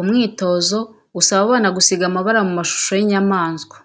Umwitozo usaba abana gusiga amabara mu mashusho y'inyamaswa;